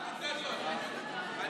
אני